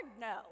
no